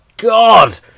God